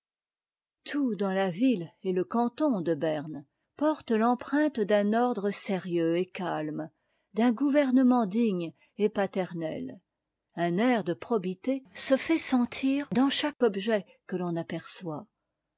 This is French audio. tout dans la ville et le canton de berne porte l'empreinte d'un ordre sérieux et calme d'un gouvernement digne et paternel un air de probité se fait sentir dans chaque objet que l'on aperçoit